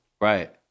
Right